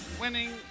winning